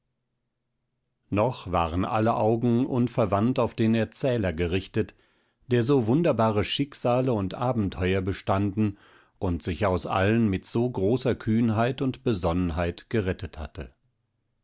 noch waren alle augen unverwandt auf den erzähler gerichtet der so wunderbare schicksale und abenteuer bestanden und sich aus allen mit so großer kühnheit und besonnenheit gerettet hatte